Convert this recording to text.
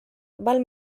val